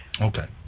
Okay